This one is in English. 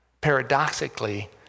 Paradoxically